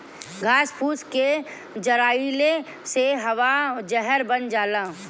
घास फूस के जरइले से हवा जहर बन जाला